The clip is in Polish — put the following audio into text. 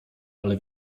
ale